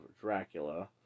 Dracula